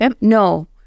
No